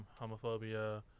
homophobia